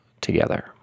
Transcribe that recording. together